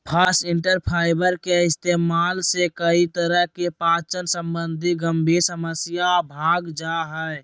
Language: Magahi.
फास्इटर फाइबर के इस्तेमाल से कई तरह की पाचन संबंधी गंभीर समस्या भाग जा हइ